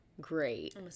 great